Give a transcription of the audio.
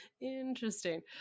Interesting